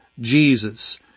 Jesus